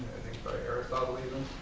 think by aristotle even,